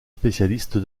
spécialiste